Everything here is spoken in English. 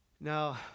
now